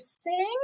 sing